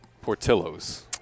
Portillo's